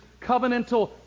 Covenantal